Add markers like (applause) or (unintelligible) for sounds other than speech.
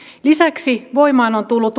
lisäksi voimaan on tullut (unintelligible)